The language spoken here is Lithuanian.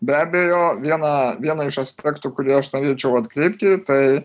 be abejo vieną vieną iš aspektų kurį aš norėčiau atkreipti tai